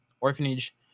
orphanage